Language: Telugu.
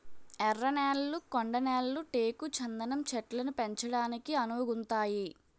ఎర్ర నేళ్లు కొండ నేళ్లు టేకు చందనం చెట్లను పెంచడానికి అనువుగుంతాయి